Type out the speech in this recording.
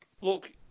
Look